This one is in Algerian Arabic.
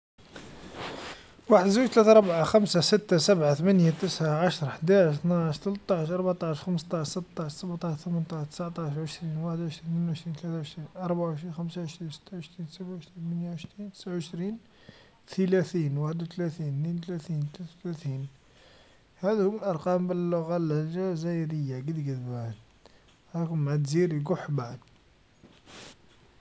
واحد، زوج، ثلاثا، ربعا، خمسا ستا، سبعا، ثمنيا، تسعا، عشرا، حداعش، ثتاعش، ثلثاعش، ربعتاش، خمستاش، ستاش، سباتاش، ثمنتاش، تسعاتاش، عشرين، وحد و عشرين، ثنينو عشرين، ثلاثا و عشرين، ربعا و عشرين، خمسا و عشرين، ستا و عشرين، سبعا و عشرين، ثمنيا و عشرين، تسعا و عشرين، ثلاثين، وحد و ثلاثين، نين و ثلاثين، ثلاث و ثلاثين، هذا هم الأرقام اللغه الجزايريا قد قد بعد، هاهم تزيري نكح بعد.